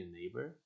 neighbor